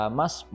mas